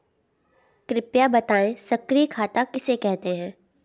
कृपया बताएँ सक्रिय खाता किसे कहते हैं?